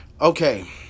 Okay